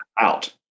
out